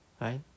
Right